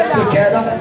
together